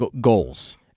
goals